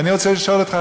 ואני רוצה לשאול אותך,